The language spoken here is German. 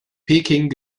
peking